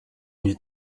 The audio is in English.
need